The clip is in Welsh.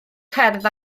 cerdd